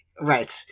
Right